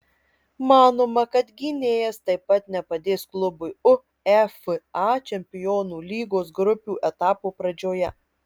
manoma kad gynėjas taip pat nepadės klubui uefa čempionų lygos grupių etapo pradžioje